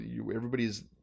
everybody's